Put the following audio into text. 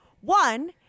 One